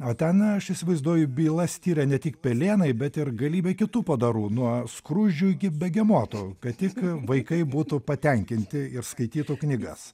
o ten aš įsivaizduoju bylas tiria ne tik pelėnai bet ir galybė kitų padarų nuo skruzdžių iki begemotų kad tik vaikai būtų patenkinti ir skaitytų knygas